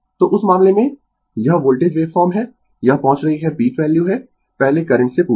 तो उस मामले में यह वोल्टेज वेव फॉर्म है यह पहुँच रही पीक वैल्यू है पहले करंट से पूर्व